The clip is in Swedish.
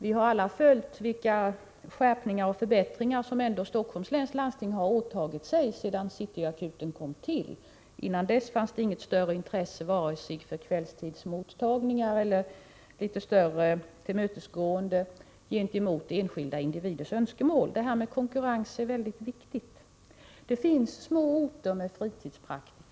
Vi har alla sett att Stockholms läns landsting har genomfört skärpningar och förbättringar sedan City Akuten kom till. Dessförinnan fanns det inget större intresse för vare sig kvällstidsmottagningar eller tillmötesgående av enskilda individers önskemål. Det här med konkurrens är mycket viktigt. Det finns små orter med fritidspraktiker.